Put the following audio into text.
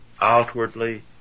outwardly